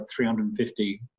350